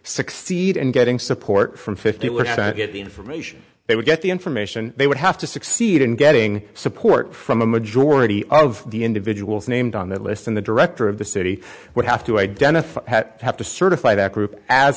succeed and getting support from fifty percent get the information they would get the information they would have to succeed in getting support from a majority of the individuals named on that list and the director of the city would have to identify that have to certify that group as